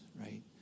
right